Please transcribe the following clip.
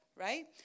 Right